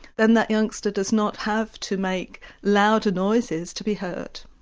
then that youngster does not have to make louder noises to be heard.